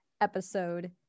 episode